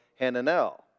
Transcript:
Hananel